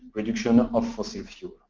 reduction of fossil fuel.